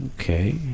Okay